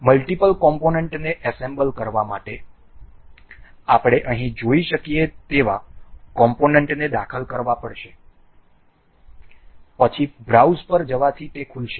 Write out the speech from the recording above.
multiple component ને assemble કરવા માટે આપણે અહીં જોઈ શકીએ તેવા કોમ્પોનન્ટને દાખલ કરવા પડશે પછી બ્રાઉઝ પર જવાથી તે ખુલશે